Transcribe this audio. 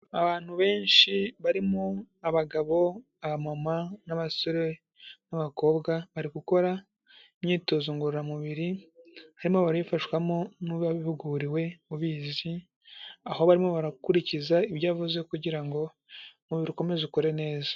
Abantu benshi barimo: abagabo, abamama n'abasore n'abakobwa, bari gukora imyitozo ngororamubiri, barimo barabifashwamo n'uwabihuguriwe ubizi, aho barimo barakurikiza ibyo avuze, kugira ngo umubiri ukomeze ukore neza.